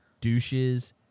douches